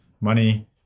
money